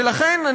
ולכן,